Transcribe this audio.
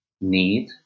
need